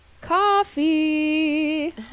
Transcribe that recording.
coffee